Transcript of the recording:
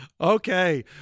okay